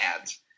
ads